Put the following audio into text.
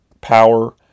power